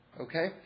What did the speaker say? Okay